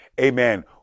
amen